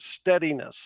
steadiness